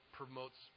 promotes